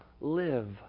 live